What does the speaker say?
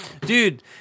dude